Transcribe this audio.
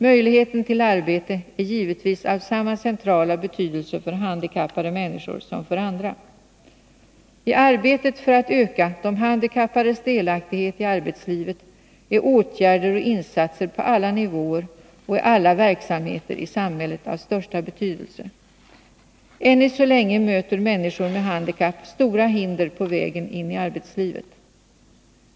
Möjligheten till arbete är givetvis av samma centrala betydelse för handikappade människor som för andra. I arbetet för att öka de handikappades delaktighet i arbetslivet är åtgärder och insatser på alla nivåer och i alla verksamheter i samhället av största betydelse. Ännu så länge möter människor med handikapp stora hinder på vägen in i arbetslivet.